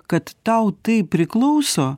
kad tau tai priklauso